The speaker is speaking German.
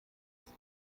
ist